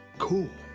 cool.